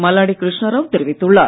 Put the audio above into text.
மல்லாடி கிருஷ்ணராவ் தெரிவித்துள்ளார்